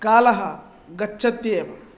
कालः गच्छत्येव